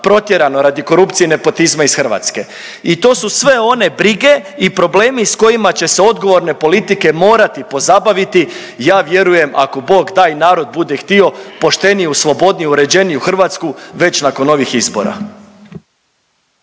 protjerano radi korupcije i nepotizma iz Hrvatske i to su sve one brige i problemi s kojima će se odgovorne politike morati pozabaviti, ja vjerujem, ako Bog da i narod bude htio, pošteniju, slobodniju, uređeniju Hrvatsku već nakon ovih izbora.